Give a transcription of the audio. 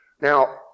Now